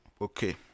Okay